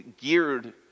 geared